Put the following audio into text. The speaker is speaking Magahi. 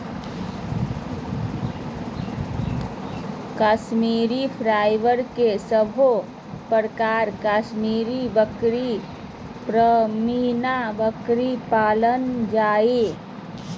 कश्मीरी फाइबर के सभे प्रकार कश्मीरी बकरी, पश्मीना बकरी में पायल जा हय